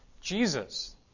Jesus